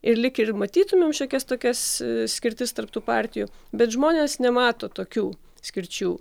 ir lyg ir matytumėm šiokias tokias skirtis tarp tų partijų bet žmonės nemato tokių skirčių